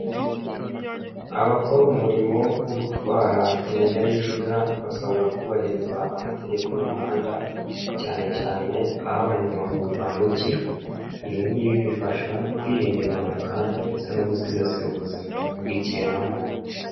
Abakora umurimo wo gutwara ibinyabiziga, basabwa kubahiriza amategeko y'umuhanda, cyane cyane aho abanyamaguru bambukira, ibi ngibi bifasha kwirinda impanuka ndetse no gusigasira ubuzima bw'ikiremwa muntu.